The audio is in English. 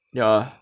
ya